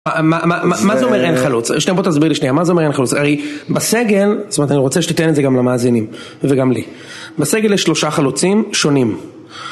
מה זה אומר אין חלוץ? שנייה, בוא תסביר לי שנייה, מה זה אומר אין חלוץ? הרי בסגל, זאת אומרת, אני רוצה שתיתן את זה גם למאזינים וגם לי. בסגל יש שלושה חלוצים שונים.